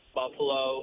buffalo